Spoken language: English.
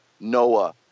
Noah